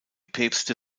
päpste